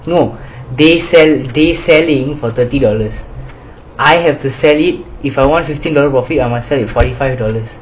no they sell they sell you for thirty dollars I have to sell it if I want fifteen dollar profit I must tell you forty five dollars